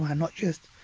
um not just.